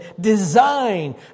design